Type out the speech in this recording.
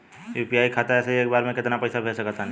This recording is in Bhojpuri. हम यू.पी.आई खाता से एक बेर म केतना पइसा भेज सकऽ तानि?